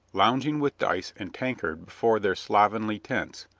loung ing with dice and tankard before their slovenly tents,